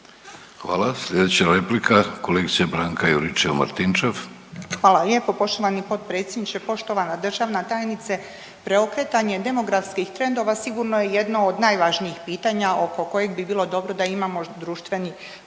Hvala. Slijedeća replika kolegica Branka Juričev Martinčev. **Juričev-Martinčev, Branka (HDZ)** Hvala lijepa poštovani potpredsjedniče. Poštovana državna tajnice, preokretanje demografskih trendova sigurno je jedno od najvažnijih pitanja oko kojeg bi bilo dobro da imamo društveni konsenzus.